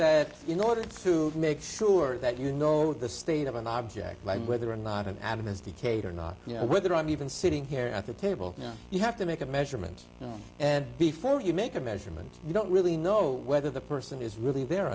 that in order to make sure that you know the state of an object like whether or not an atom is decatur or not you know whether i'm even sitting here at the table you have to make a measurement and before you make a measurement you don't really know whether the person is really there